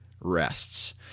Rests